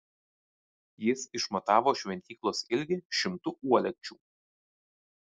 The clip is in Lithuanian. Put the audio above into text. jis išmatavo šventyklos ilgį šimtu uolekčių